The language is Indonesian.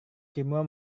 kimura